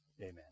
Amen